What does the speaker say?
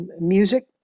music